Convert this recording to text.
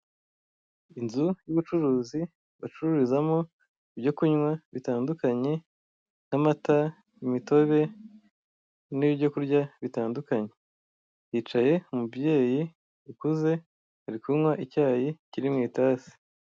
Inzu y'uburuzi icururizamo ibyo kunywa bitandukanye, nk'amata, imitobe, n'ibyo kurya bitandukanye. Hicaye umubyeyi ukuze ari kunywa icyayi kiri mu itasi.